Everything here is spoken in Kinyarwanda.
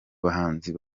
bahanzi